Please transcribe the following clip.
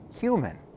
human